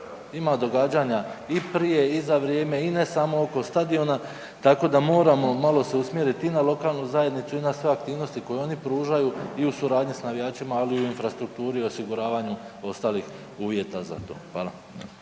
ima događanja i prije i za vrijeme i ne samo oko stadiona, tako da moramo malo se usmjeriti i na lokalnu zajednicu i na sve aktivnosti koje oni pružaju i u suradnji sa navijačima ali i u infrastrukturi i osiguravanju ostalih uvjeta za to. Hvala.